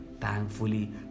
Thankfully